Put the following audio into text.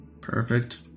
Perfect